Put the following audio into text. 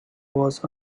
was